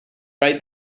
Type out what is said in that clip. write